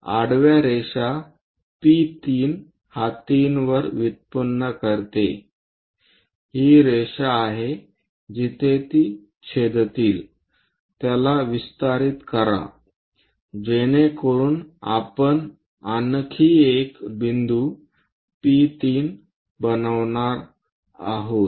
आडव्या रेषा P3 हा 3 वर व्युत्पन्न करते ही रेषा आहे जिथे ती छेदतील त्याला विस्तारित करा जेणेकरुन आपण आणखी एक बिंदू P3 बनवणार आहोत